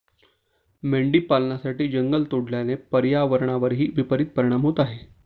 मेंढी पालनासाठी जंगल तोडल्याने पर्यावरणावरही विपरित परिणाम होत आहे